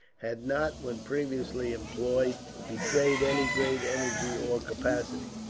had not, when previously employed, betrayed any great energy or capacity.